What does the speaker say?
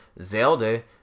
zelda